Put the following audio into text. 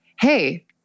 hey